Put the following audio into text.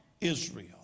Israel